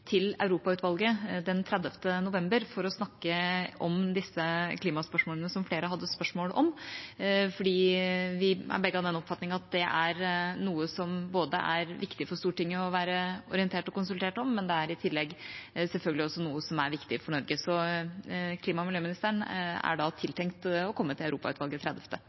til Europautvalget den 30. november for å snakke om disse klimaspørsmålene som flere kom med. Vi er begge av den oppfatning at det er noe som er viktig for Stortinget å være både orientert om og konsultert om, men det er i tillegg selvfølgelig noe som er viktig for Norge. Så klima- og miljøministeren er tiltenkt å komme til Europautvalget